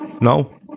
no